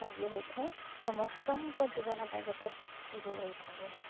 କାର୍ଯ୍ୟ ହୋଇଥାଏ ସମସ୍ତଙ୍କ ଜୀବନ ପାଇଁ ଗୋଟେ ସୁଯୋଗ ହୋଇଥାଏ ଏହାଁ